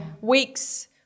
weeks